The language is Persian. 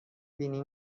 بینی